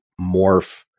morph